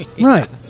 Right